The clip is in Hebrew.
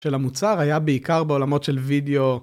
של המוצר היה בעיקר בעולמות של וידאו.